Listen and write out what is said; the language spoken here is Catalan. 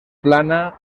plana